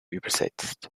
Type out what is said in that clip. übersetzt